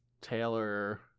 Taylor